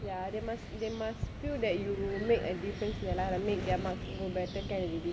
ya they must they must feel that you will make a difference to their lives make their lives better can already